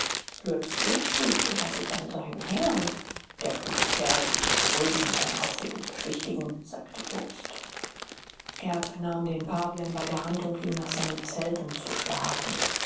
plötzlich schmiegte er sich an seinen herrn der kluge kerl will dich beruhigen und deine aufregung beschwichtigen sagte jobst erb nahm den pavian bei der hand und ging nach seinem zelt um zu schlafen